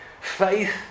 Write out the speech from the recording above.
Faith